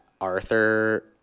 arthur